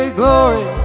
glory